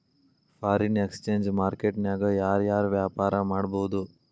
Foreign exchange market ನ್ಯಾಗ ಯಾರ್ ಯಾರ್ ವ್ಯಾಪಾರಾ ಮಾಡ್ಬೊದು?